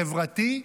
חברתי,